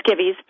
skivvies